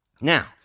Now